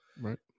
Right